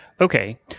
Okay